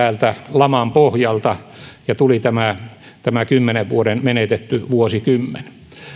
laman pohjalta ja tuli tämä tämä kymmenen vuoden menetetty vuosikymmen